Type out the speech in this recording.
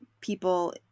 people